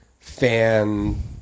fan